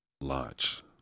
launch